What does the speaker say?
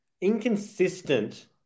inconsistent